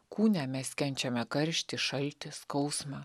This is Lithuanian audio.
kūne mes kenčiame karštį šaltį skausmą